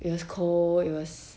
it was cold it was